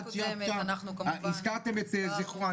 גם בישיבה הקודמת אנחנו כמובן --- הזכרתם את זכרו.